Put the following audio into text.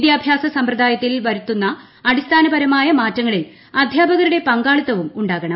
വിദ്യാഭ്യാസ സമ്പ്രദായത്തിൽ വരുത്തുന്ന അടിസ്ഥാനപരമായ മാറ്റങ്ങളിൽ അധ്യാപകരുടെ പങ്കാളിത്തവും ഉണ്ടാകണം